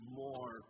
more